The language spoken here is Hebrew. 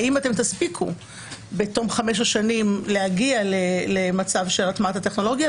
האם הם יספיקו בתום חמש השנים להגיע למצב של הטמעת הטכנולוגיה,